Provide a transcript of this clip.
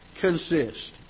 consist